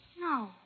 No